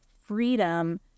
freedom